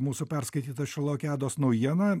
mūsų perskaitytą šerlokiados naujieną